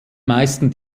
meisten